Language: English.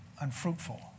unfruitful